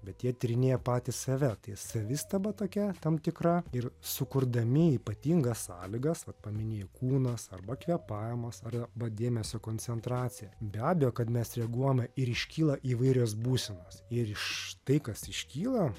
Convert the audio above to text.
bet jie tyrinėja patys save savistaba tokia tam tikra ir sukurdami ypatingas sąlygas vat paminėjau kūnas arba kvėpavimas ar ba dėmesio koncentracija be abejo kad mes reaguojame ir iškyla įvairios būsenos ir štai kas iškyla